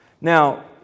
Now